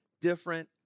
different